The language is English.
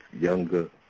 younger